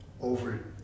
over